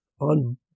on